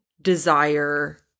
desire